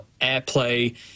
AirPlay